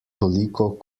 toliko